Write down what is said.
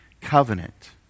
covenant